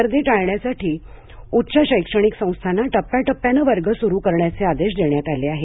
गर्दी टाळण्यासाठी उच्च शैक्षणिक संस्थाना टप्प्याटप्प्याने वर्ग सुरु करण्याचे आदेश देण्यात आले आहेत